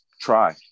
try